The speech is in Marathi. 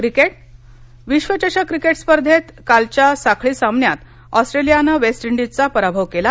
क्रिकेट विश्वचषक क्रिकेट स्पर्धेत कालच्या साखळी सामन्यात ऑस्ट्रेलियानं वेस्टइंडिजचा पराभव केला